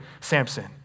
Samson